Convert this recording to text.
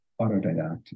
autodidact